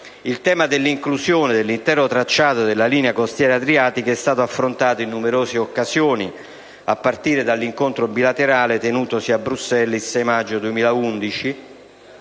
Il tema dell'inclusione dell'intero tracciato della linea costiera adriatica è stato affrontato in numerose occasioni, a partire dall'incontro bilaterale tenutosi a Bruxelles il 6 maggio 2011.